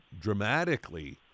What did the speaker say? dramatically